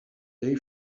they